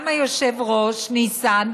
גם היושב-ראש ניסן,